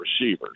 receivers